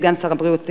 סגן שר הבריאות,